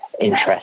interest